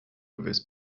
gewiss